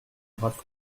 brave